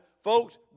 Folks